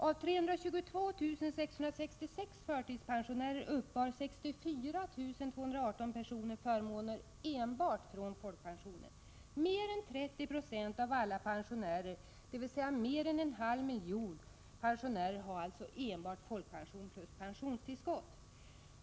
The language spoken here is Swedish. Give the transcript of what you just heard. Av 322 666 förtidspensionärer uppbar 64 218 personer förmåner enbart från folkpensionen. Mer än 30 96 av alla pensionärer, dvs. mer än en halv miljon pensionärer, har alltså enbart folkpension plus pensionstillskott.